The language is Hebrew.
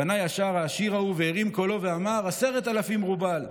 פנה ישר העשיר ההוא והרים קולו ואמר: 10,000 רובל.